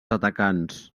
atacants